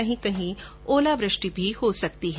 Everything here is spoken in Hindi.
कहीं कहीं ओलावृष्टि भी हो सकती है